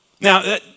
Now